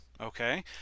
okay